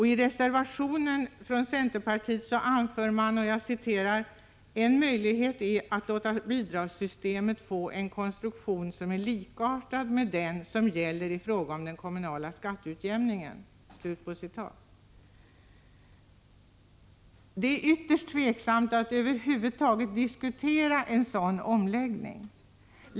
I reservationen från centerpartiet anförs bl.a.: ”En möjlighet är att låta bidragssystemet få en konstruktion som är likartad med den som gäller i fråga om den kommunala skatteutjämningen.” Det är ytterst tveksamt att över huvud taget diskutera en sådan omläggning.